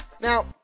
Now